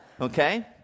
Okay